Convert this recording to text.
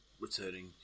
returning